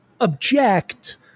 object